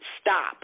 stop